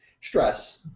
Stress